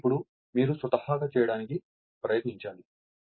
ఇది ఇప్పుడు మీరు స్వతహాగా చేయడానికి ప్రయత్నించాలి